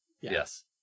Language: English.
Yes